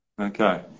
Okay